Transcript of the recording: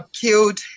killed